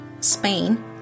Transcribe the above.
Spain